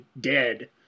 dead